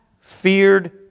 feared